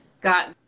got